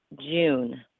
June